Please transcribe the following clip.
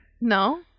No